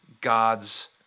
God's